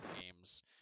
games